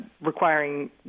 requiring